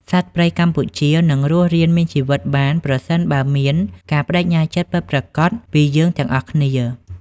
សត្វព្រៃកម្ពុជានឹងរស់រានមានជីវិតបាន ប្រសិនបើមានការប្តេជ្ញាចិត្តពិតប្រាកដពីយើងទាំងអស់គ្នា។